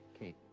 Kate